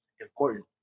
important